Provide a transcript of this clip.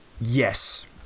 Yes